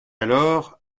alors